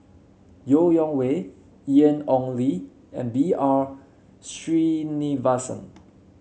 Yeo Wei Wei Ian Ong Li and B R Sreenivasan